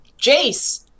Jace